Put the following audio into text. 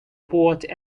port